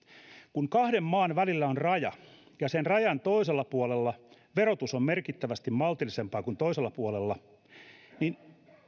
kun kahden maan välillä on raja ja sen rajan toisella puolella verotus on merkittävästi maltillisempaa kuin toisella puolella niin